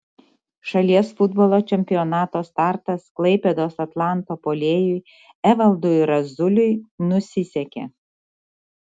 šalies futbolo čempionato startas klaipėdos atlanto puolėjui evaldui razuliui nusisekė